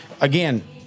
Again